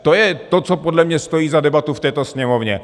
To je to, co podle mě stojí za debatu v této Sněmovně.